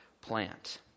plant